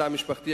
בתא המשפחתי,